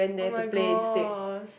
oh-my-gosh